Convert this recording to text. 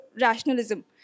rationalism